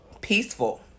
Peaceful